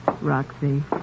Roxy